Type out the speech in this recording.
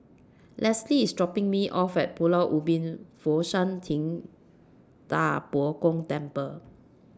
Lesley IS dropping Me off At Pulau Ubin Fo Shan Ting DA Bo Gong Temple